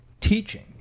teaching